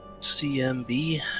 CMB